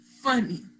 funny